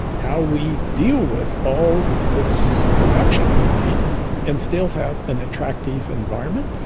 how we deal with all this production we need and still have an attractive environment,